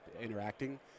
interacting